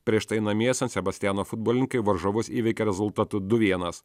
prieš tai namie san sebastiano futbolininkai varžovus įveikė rezultatu du vienas